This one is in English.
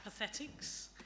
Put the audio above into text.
Apathetics